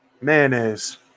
mayonnaise